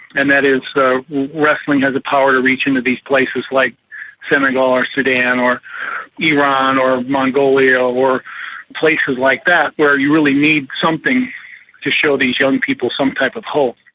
and that is wrestling has the power to reach into these places like senegal or sudan or iran or mongolia or places like that where you really need something to show these young people some type of hope.